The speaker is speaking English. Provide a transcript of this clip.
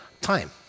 time